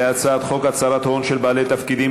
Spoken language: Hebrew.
להצעת חוק הצהרת הון של בעלי תפקידים